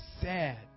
sad